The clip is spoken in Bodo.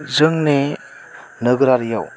जोंनि नोगोरियाव